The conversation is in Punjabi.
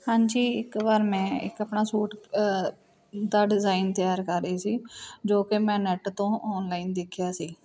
ਹਾਂਜੀ ਇੱਕ ਵਾਰ ਮੈਂ ਇੱਕ ਆਪਣਾ ਸੂਟ ਦਾ ਡਿਜ਼ਾਇਨ ਤਿਆਰ ਕਰ ਰਹੀ ਸੀ ਜੋ ਕਿ ਮੈਂ ਨੈੱਟ ਤੋਂ ਔਨਲਾਈਨ ਦੇਖਿਆ ਸੀ